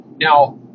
Now